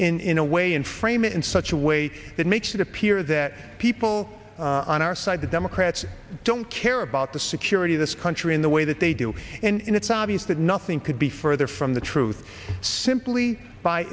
in a way and frame it in such a way that makes it appear that people on our side the democrats don't care about the security of this country in the way that they do and it's obvious that nothing could be further from the truth simply by